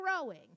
growing